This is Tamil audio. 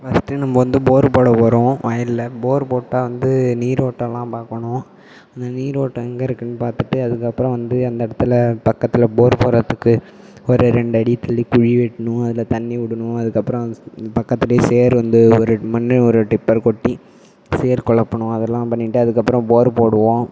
ஃபஸ்ட்டு நம்ம வந்து போரு போட போகிறோம் வயலில் போர் போட்டால் வந்து நீரோட்டமெலாம் பார்க்கணும் அந்த நீரோட்டம் எங்கே இருக்குதுனு பார்த்துட்டு அதுக்கப்புறம் வந்து அந்த இடத்துல பக்கத்தில் போர் போடுறதுக்கு ஒரு ரெண்டு அடி தள்ளி குழி வெட்டணும் அதில் தண்ணி விடுணும் அதுக்கப்புறம் பக்கத்திலே சேறு வந்து ஒரு மண்ணை ஒரு டிப்பர் கொட்டி சேறு கொழப்பணும் அதெல்லாம் பண்ணிவிட்டு அதுக்கப்புறம் போர் போடுவோம்